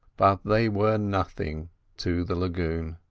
but they were nothing to the lagoon.